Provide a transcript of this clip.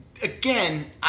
Again